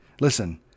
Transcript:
listen